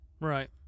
Right